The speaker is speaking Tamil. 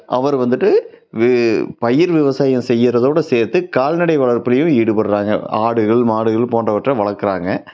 அவர் வந்துட்டு வி பயிர் விவசாயம் செய்கிறதோட சேர்த்து கால்நடை வளர்ப்புலேயும் ஈடுபடுறாங்க ஆடுகள் மாடுகள் போன்றவற்றை வளர்க்குறாங்க